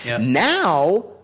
Now